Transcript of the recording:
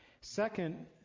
Second